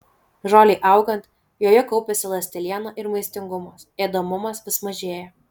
žolei augant joje kaupiasi ląsteliena ir maistingumas ėdamumas vis mažėja